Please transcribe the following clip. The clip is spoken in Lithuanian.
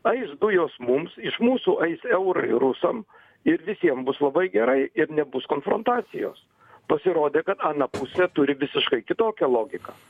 ais dujos mums iš mūsų ais eurai rusam ir visiem bus labai gerai ir nebus konfrontacijos pasirodė kad ana pusė turi visiškai kitokią logiką